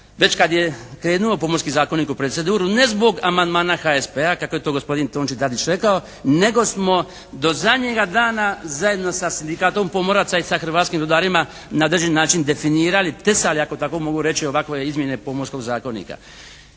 već kad je krenuo Pomorski zakonik u proceduru ne zbog amandmana HSP-a kako je to gospodin Tonči Tadić rekao nego smo do zadnjega dana zajedno sa Sindikatom pomoraca i sa hrvatskim brodarima na određeni način definirali, tesali ako tako mogu reći ovakve izmjene Pomorskog zakonika.